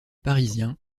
parisien